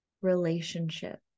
relationship